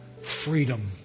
freedom